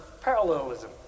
parallelism